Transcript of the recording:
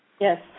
Yes